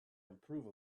improve